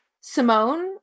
Simone